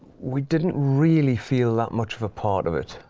we didn't really feel that much of a part of it.